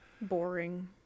Boring